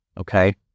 okay